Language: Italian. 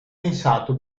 pensato